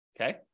Okay